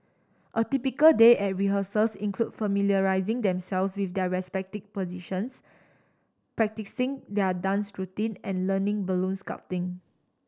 a typical day at rehearsals include familiarising themselves with their respective positions practising their dance routine and learning balloon sculpting